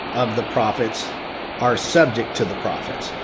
of the prophets are subject to the prophets.